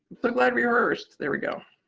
so glad we rehearsed. there we go.